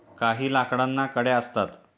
काही लाकडांना कड्या असतात